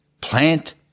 plant